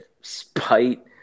spite